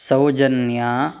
Saujanya